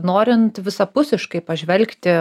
norint visapusiškai pažvelgti